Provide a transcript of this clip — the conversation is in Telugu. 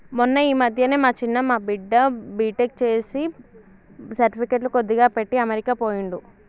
మొన్న ఈ మధ్యనే మా చిన్న మా బిడ్డ బీటెక్ చేసి సర్టిఫికెట్లు కొద్దిగా పెట్టి అమెరికా పోయిండు